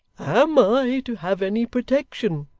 am i to have any protection